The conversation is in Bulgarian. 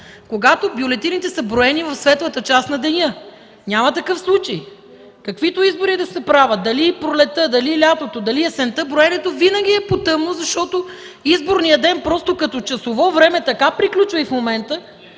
когато бюлетините са броени в светлата част на деня. Няма такъв случай. Каквито и избори да се правят – дали пролетта, дали лятото, дали есента, броенето винаги е по тъмно, защото изборният ден като часово време така приключва и в момента,